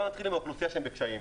בואו נתחיל עם האוכלוסייה בקשיים,